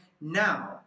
now